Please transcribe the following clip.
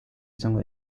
izango